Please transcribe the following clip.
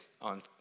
on